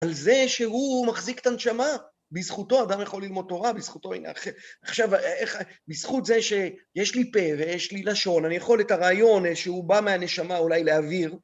על זה שהוא מחזיק את הנשמה, בזכותו, אדם יכול ללמוד תורה, בזכותו, הנה, עכשיו איך, בזכות זה שיש לי פה ויש לי לשון, אני יכול את הרעיון שהוא בא מהנשמה אולי להעביר.